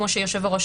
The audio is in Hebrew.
כמו שאמר היושב-ראש,